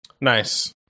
Nice